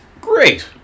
Great